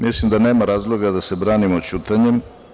Mislim da nema razloga da se branimo ćutanjem.